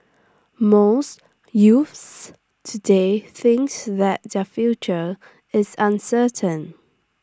most youths today thinks that their future is uncertain